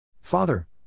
Father